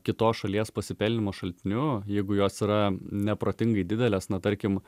kitos šalies pasipelnymo šaltiniu jeigu jos yra neprotingai didelės na tarkim